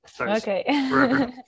Okay